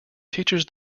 teachers